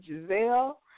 Giselle